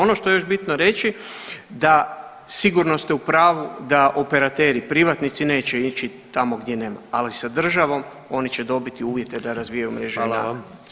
Ono što je još bitno reći da, sigurno ste u pravu da operateri privatnici neće ići tamo gdje nema, ali sa državom oni će dobiti uvjete da razvijaju mreže